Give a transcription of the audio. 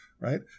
right